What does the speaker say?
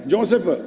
Joseph